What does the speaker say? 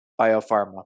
biopharma